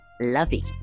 lovey